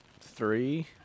Three